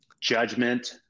judgment